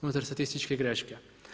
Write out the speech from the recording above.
Unutar statističke greške.